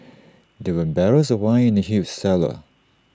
there were barrels of wine in the huge cellar